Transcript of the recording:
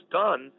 done